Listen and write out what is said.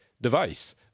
device